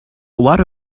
what